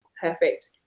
Perfect